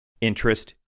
interest